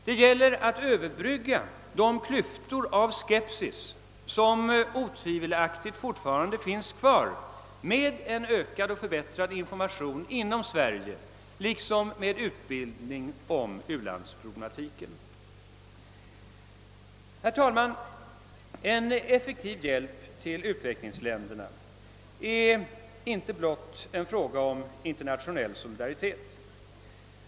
Det gäller att överbrygga de klyftor av skepsis, som otvivelaktigt fortfarande finns kvar med en ökad och förbättrad information inom Sverige jämte utbildning i u-landsproblematiken. Herr talman! En effektiv hjälp till utvecklingsländerna är inte blott en fråga om internationell solidaritet.